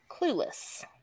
Clueless